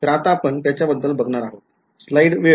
तर आता आपण त्याच्या बद्दल बघणार आहोत